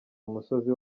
umusozi